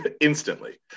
instantly